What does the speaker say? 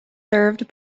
served